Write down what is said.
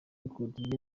record